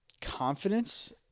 confidence